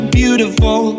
beautiful